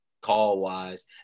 call-wise